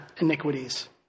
iniquities